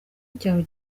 icyaro